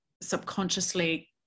subconsciously